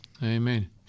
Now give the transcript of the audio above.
Amen